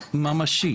פיזי.